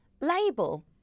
label